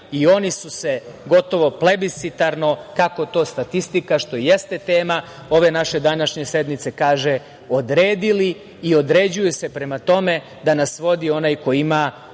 i oni su se gotovo plebiscitarno, kako to statistika, a što jeste tema ove naše današnje sednice kaže odredili i određuju se. Prema tome, da nas vodi onaj koji ima